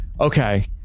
okay